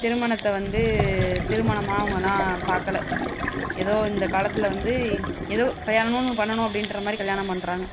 திருமணத்தை வந்து திருமணமாக அவங்களாம் பார்க்கல ஏதோ இந்த காலத்தில் வந்து எதோ கல்யாணம்னு ஒன்று பண்ணனும் அப்படின்ற மாதிரி கல்யாணம் பண்ணுறாங்க